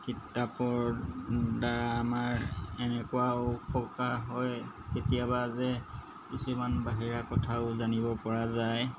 কিতাপৰদ্বাৰা আমাৰ এনেকুৱাও উপকাৰ হয় কেতিয়াবা যে কিছুমান বাহিৰা কথাও জানিব পৰা যায়